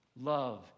Love